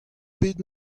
bet